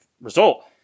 result